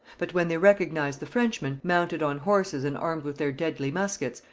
but when they recognized the frenchmen, mounted on horses and armed with their deadly muskets,